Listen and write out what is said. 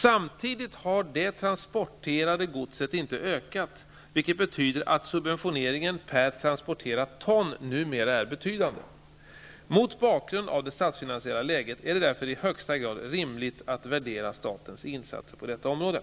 Samtidigt har det transporterade godset inte ökat, vilket betyder att subventioneringen per transporterat ton numera är betydande. Mot bakgrund av det statsfinansiella läget är det därför i högsta grad rimligt att värdera statens insatser på detta område.